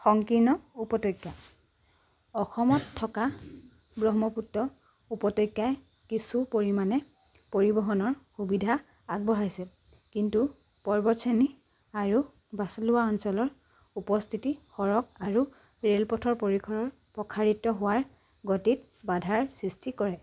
সংকীৰ্ণ উপত্যকা অসমত থকা ব্ৰহ্মপুত্ৰ উপত্যকাই কিছু পৰিমাণে পৰিবহণৰ সুবিধা আগবঢ়াইছে কিন্তু পৰ্বতশ্ৰেণী আৰু বাচলুৱা অঞ্চলৰ উপস্থিতি সৰহ আৰু ৰে'লপথৰ পৰিসৰৰ প্ৰসাৰিত হোৱাৰ গতিত বাধাৰ সৃষ্টি কৰে